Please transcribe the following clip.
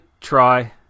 try